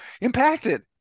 impacted